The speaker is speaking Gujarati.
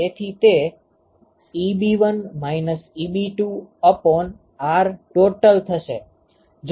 તેથી તે Eb1 Eb2Rtot થશે